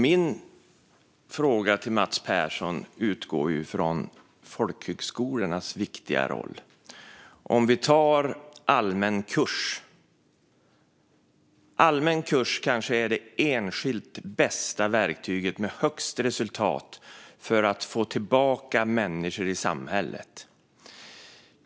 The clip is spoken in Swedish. Min fråga till Mats Persson utgår från folkhögskolornas viktiga roll. En allmän kurs är kanske det enskilt bästa verktyget och det som ger bäst resultat när det gäller att få människor tillbaka i samhället.